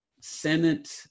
senate